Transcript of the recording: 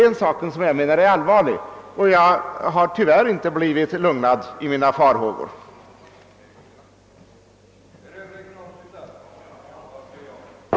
Den saken anser jag vara allvarlig, och tyvärr har jag inte blivit lugnad i mina farhågor på den punkten.